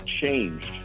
changed